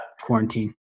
quarantine